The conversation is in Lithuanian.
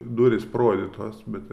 durys parodytos bet